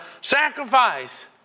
sacrifice